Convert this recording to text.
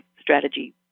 strategy